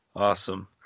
awesome